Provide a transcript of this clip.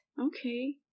Okay